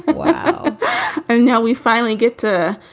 and yeah and now we finally get to,